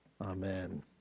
Amen